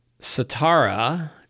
Satara